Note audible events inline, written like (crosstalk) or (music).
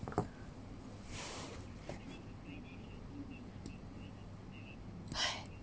(breath)